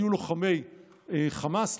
היו לוחמי חמאס,